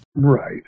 Right